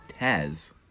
Taz